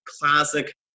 classic